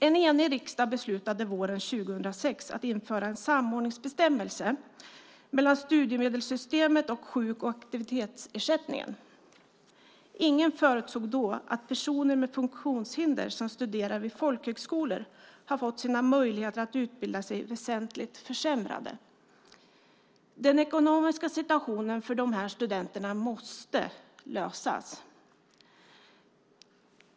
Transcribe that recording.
En enig riksdag beslutade våren 2006 att införa en samordningsbestämmelse mellan studiemedelssystemet och sjuk och aktivitetsersättningen. Ingen förutsåg då att personer med funktionshinder som studerar vid folkhögskolor skulle få sina möjligheter att utbilda sig väsentligt försämrade. Den ekonomiska situationen för dessa studenter måste lösas.